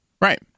right